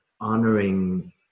honoring